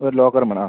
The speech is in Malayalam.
ഒര് ലോക്കറും വേണം ആ